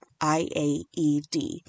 IAED